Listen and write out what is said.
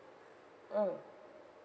mm